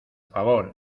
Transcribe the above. favor